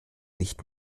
nicht